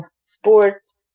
sports